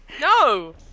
No